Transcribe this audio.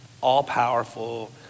all-powerful